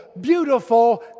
beautiful